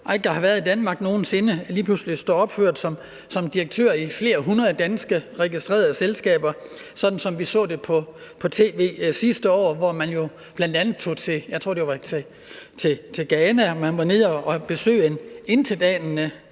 har været i Danmark, og som lige pludselig står opført som direktører i flere hundrede dansk registrerede selskaber, sådan som vi så det på tv sidste år. Man tog bl.a. til Ghana, tror jeg det